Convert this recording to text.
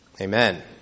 Amen